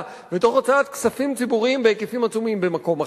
ותוך הוצאת כספים ציבוריים בהיקפים עצומים במקום אחר.